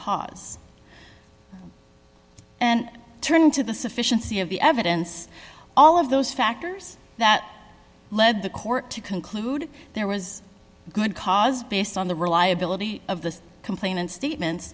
cause and turn to the sufficiency of the evidence all of those factors that lead the court to conclude there was a good cause based on the reliability of the complainant statements